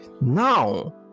Now